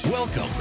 Welcome